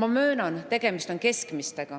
Ma möönan, et tegemist on keskmiste [summadega]